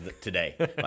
today